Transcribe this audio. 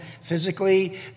physically